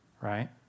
right